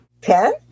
Ten